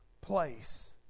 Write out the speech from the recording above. place